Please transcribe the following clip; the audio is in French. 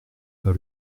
pas